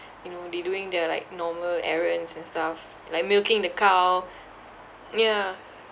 you know they doing their like normal errands and stuff like milking the cow yeah